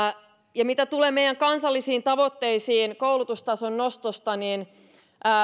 ja mitä tulee meidän kansallisiin tavoitteisiin koulutustason nostosta niin